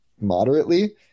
moderately